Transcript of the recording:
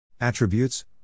Attributes